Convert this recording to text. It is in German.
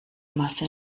masse